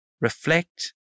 reflect